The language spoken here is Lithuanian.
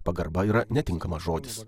pagarba yra netinkamas žodis